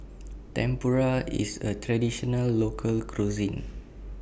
Tempura IS A Traditional Local Cuisine